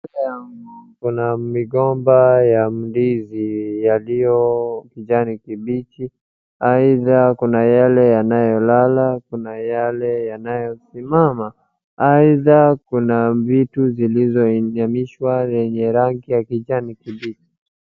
Kuna migomba ya ndizi iliyo kijani kibichi, aidha kuna ile inayolala, kuna ile inayosimama, aidha kuna vitu vilivyosimamishwa vyenye rangi ya kijani kibichi.